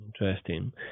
Interesting